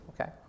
okay